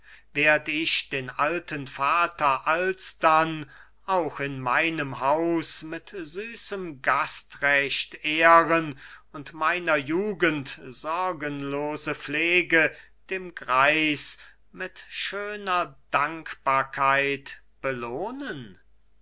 werd ich den alten vater alsdann auch in meinem haus mit süßem gastrecht ehren und meiner jugend sorgenvolle pflege dem greis mit schöner dankbarkeit belohnen